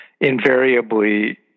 invariably